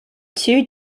too